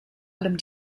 allem